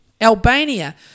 Albania